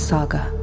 Saga